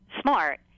smart